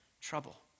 trouble